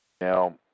Now